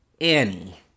Annie